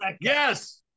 Yes